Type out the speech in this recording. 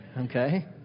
Okay